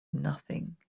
nothing